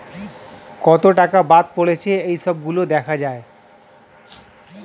কত টাকা বাদ পড়েছে এই সব গুলো দেখা যায়